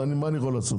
מה אני יכול לעשות?